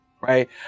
right